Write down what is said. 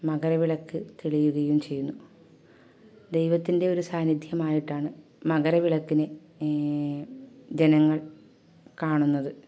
മകരവിളക്ക് തെളിയുകയും ചെയ്യുന്നു ദൈവത്തിന്റെ ഒരു സാന്നിദ്ധ്യമായിട്ടാണ് മകരവിളക്കിനെ ജനങ്ങൾ കാണുന്നത്